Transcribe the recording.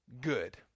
good